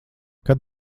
kad